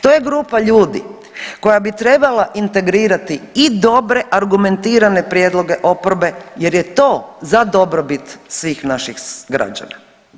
To je grupa ljudi koja bi trebala integrirati i dobre argumentirane prijedloge oporbe jer je to za dobrobit svih naših građana.